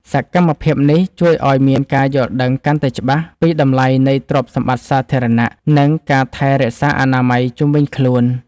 សកម្មភាពនេះជួយឱ្យមានការយល់ដឹងកាន់តែច្បាស់ពីតម្លៃនៃទ្រព្យសម្បត្តិសាធារណៈ និងការថែរក្សាអនាម័យជុំវិញខ្លួន។